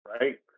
right